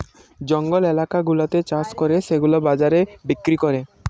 জঙ্গল এলাকা গুলাতে চাষ করে সেগুলা বাজারে বিক্রি করে